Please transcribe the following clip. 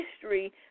history